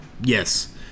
Yes